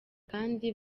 kandi